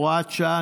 הוראת שעה,